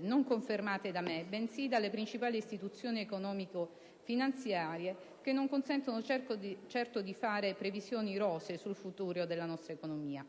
non confermate da me, bensì dalle principali istituzioni economico-finanziarie - che non consentono certo di fare previsioni rosee sul futuro della nostra economia.